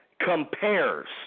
compares